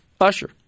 Usher